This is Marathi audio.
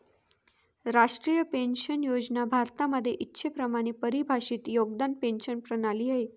राष्ट्रीय पेन्शन योजना भारतामध्ये इच्छेप्रमाणे परिभाषित योगदान पेंशन प्रणाली आहे